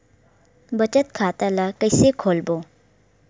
बचत खता ल कइसे खोलबों?